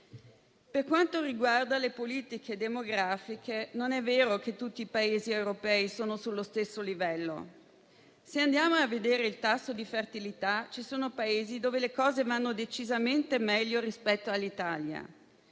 Per quanto riguarda le politiche demografiche, non è vero che tutti i Paesi europei sono sullo stesso livello. Se andiamo a vedere il tasso di fertilità, ci sono Paesi dove le cose vanno decisamente meglio rispetto all'Italia